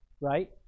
right